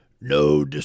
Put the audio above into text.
no